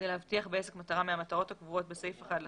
כדי להבטיח בעסק מטרה מן המטרות הקבועות בסעיף 1 לחוק,